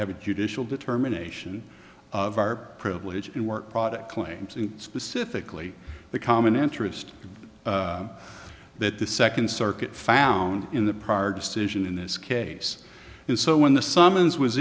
have a judicial determination of our privilege and work product claims and specifically the common interest that the second circuit found in the prior decision in this case and so when the summons was